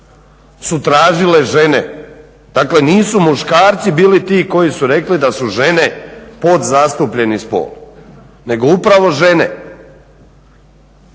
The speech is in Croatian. su tražile žene. Dakle, nisu muškarci bili ti koji su rekli da su žene podzastupljeni spol nego upravo žene.